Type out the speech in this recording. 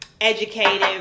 educated